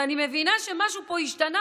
ואני מבינה שמשהו פה השתנה,